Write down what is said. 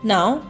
Now